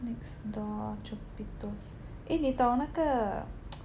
next door Chupitos eh 你懂那个